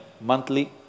monthly